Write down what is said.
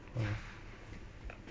mm